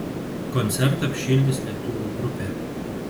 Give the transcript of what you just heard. koncertą apšildys lietuvių grupė